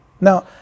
Now